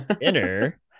Inner